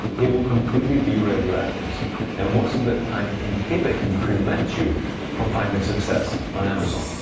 it will completely derail your efforts and most of the time, inhibit and prevent you from finding success on amazon.